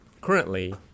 Currently